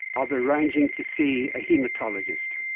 of arranging to see a haematologist.